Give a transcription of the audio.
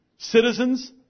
citizens